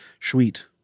Sweet